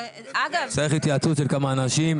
התייעצות עם כמה אנשים.